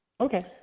Okay